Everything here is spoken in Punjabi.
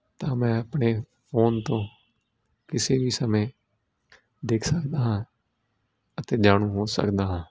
ਤਾਂ ਮੈਂ ਆਪਣੇ ਫੋਨ ਤੋਂ ਕਿਸੇ ਵੀ ਸਮੇਂ ਦੇਖ ਸਕਦਾ ਹਾਂ ਅਤੇ ਜਾਣੂ ਹੋ ਸਕਦਾ ਹਾਂ